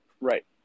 Right